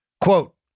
Quote